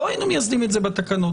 לא היינו מייסדים את זה בתקנות.